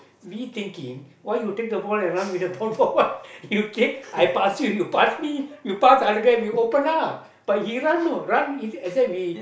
me thinking why you take the ball and run with the ball for what you take I pass you you pass me you the other guy we open up but he run you know